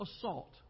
assault